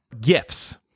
gifts